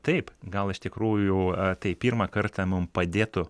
taip gal iš tikrųjų tai pirmą kartą mum padėtų